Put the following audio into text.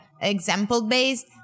example-based